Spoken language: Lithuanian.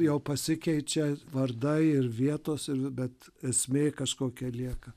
jo pasikeičia vardai ir vietos ir bet esmė kažkokia lieka